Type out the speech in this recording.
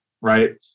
Right